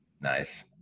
Nice